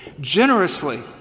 generously